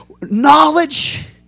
knowledge